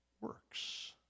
works